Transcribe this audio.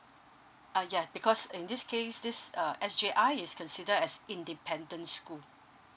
uh ya because in this case this uh s j r is consider as independent school